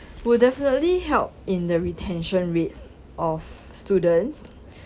will definitely help in the retention rate of students